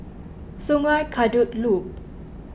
Sungei Kadut Loop